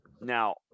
Now